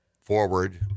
forward